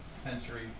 Century